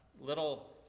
little